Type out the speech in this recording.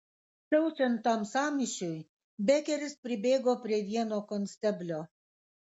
siaučiant tam sąmyšiui bekeris pribėgo prie vieno konsteblio